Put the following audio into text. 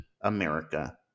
America